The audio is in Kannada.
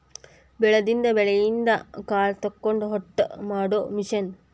ಬೆಳದಿದ ಬೆಳಿಯಿಂದ ಕಾಳ ತಕ್ಕೊಂಡ ಹೊಟ್ಟ ಮಾಡು ಮಿಷನ್